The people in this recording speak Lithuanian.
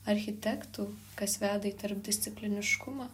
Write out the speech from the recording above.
architektų kas veda į tarpdiscipliniškumą